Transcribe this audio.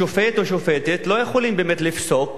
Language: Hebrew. שופט או שופטת לא יכולים באמת לפסוק